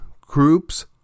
groups